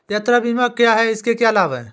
यात्रा बीमा क्या है इसके क्या लाभ हैं?